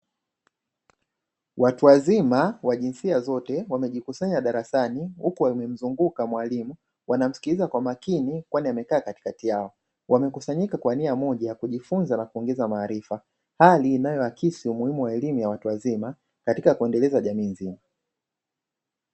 Watu wazima wa jinsia zote wamejikusanya darasani huku wakimzunguka mwalimu. Wanamsikiliza kwa makini kwani amekaa katikati yao. Wamekusanyika kwa nia moja ya kujifunza na kuongeza maarifa, hali inayo-akisi umuhimu wa elimu ya watu wazima katika kuendeleza jamii nzima.